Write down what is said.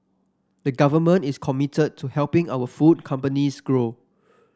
the Government is committed to helping our food companies grow